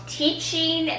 teaching